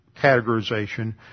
categorization